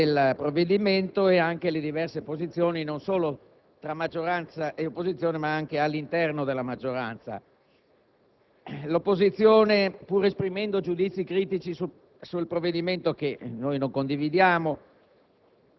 del provvedimento ed anche le diverse posizione esistenti non solo tra maggioranza e opposizione, ma anche all'interno della stessa maggioranza. L'opposizione, pur esprimendo giudizi critici che noi non condividiamo